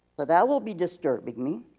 but that will be disturbing me.